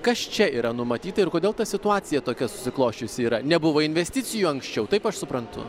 kas čia yra numatyta ir kodėl ta situacija tokia susiklosčiusi yra nebuvo investicijų anksčiau taip aš suprantu